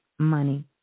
Money